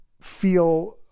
feel